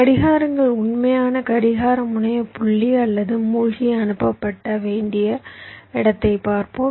கடிகாரங்கள் உண்மையான கடிகார முனைய புள்ளி அல்லது மூழ்கி அனுப்பப்பட வேண்டிய இடத்தைப் பார்ப்போம்